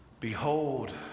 Behold